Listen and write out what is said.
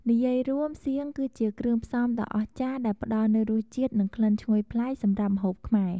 និយាយរួម សៀងគឺជាគ្រឿងផ្សំដ៏អស្ចារ្យដែលផ្តល់នូវរសជាតិ និងក្លិនឈ្ងុយប្លែកសម្រាប់ម្ហូបខ្មែរ។